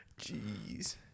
Jeez